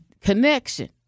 Connection